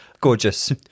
Gorgeous